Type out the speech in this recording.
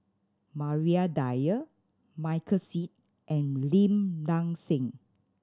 Maria Dyer Michael Seet and Lim Nang Seng